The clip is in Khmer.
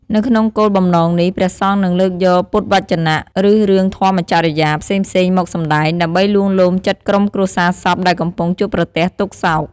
នៅក្នុងគោលបំណងនេះ ព្រះសង្ឃនឹងលើកយកពុទ្ធវចនៈ ឬរឿងធម្មចរិយាផ្សេងៗមកសំដែង ដើម្បីលួងលោមចិត្តក្រុមគ្រួសារសពដែលកំពុងជួបប្រទះទុក្ខសោក។